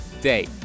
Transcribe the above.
day